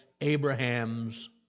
Abraham's